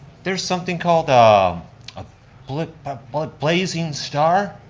there's something called um a like ah but blazing star.